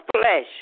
flesh